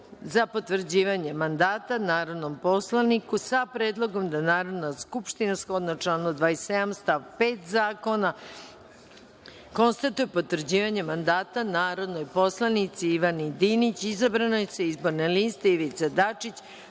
za potvrđivanje mandata narodnom poslaniku sa predlogom da Narodna skupština, shodno članu 27. stav 5. zakona, konstatuje potvrđivanje mandata narodnoj poslanici Ivani Dinić, izabranoj sa Izborne liste Ivica Dačić